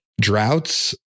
droughts